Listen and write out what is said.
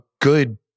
good